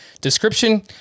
description